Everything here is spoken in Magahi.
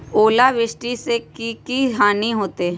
ओलावृष्टि से की की हानि होतै?